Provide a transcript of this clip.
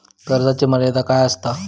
कर्जाची मर्यादा काय असता?